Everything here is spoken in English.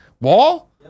wall